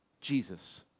Jesus